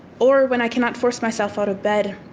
or when i cannot force myself out of bed,